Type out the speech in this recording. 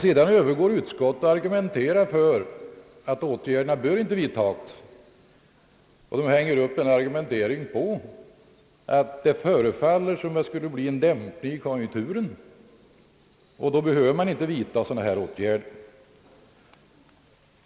Emellertid övergår utskottet sedan till att argumentera för att åtgärderna inte bör vidtagas, och utskottet hänger upp sin argumentering på att det förefal ler som om det skulle bli en dämpning i konjunkturen, vilken skulle göra att sådana här åtgärder inte behöver vidtagas.